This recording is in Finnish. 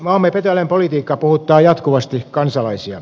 maamme petoeläinpolitiikka puhuttaa jatkuvasti kansalaisia